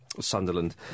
Sunderland